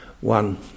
one